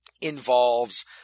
involves